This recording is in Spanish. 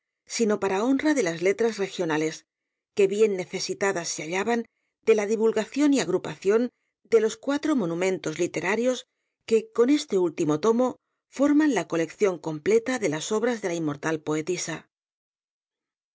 sino para honra de las letras regionales que bien necesitadas se hallaban de la divulgación y agrupación de los cuatro monumentos literarios que con este último tomo forman la colección completa de las obras de la inmortal poetisa